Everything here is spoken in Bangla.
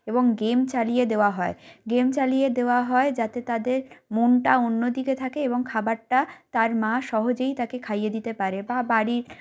এবং গেম চালিয়ে দেওয়া হয় গেম চালিয়ে দেওয়া হয় যাতে তাদের মনটা অন্য দিকে থাকে এবং খাবারটা তার মা সহজেই তাকে খাইয়ে দিতে পারে বা বাড়ির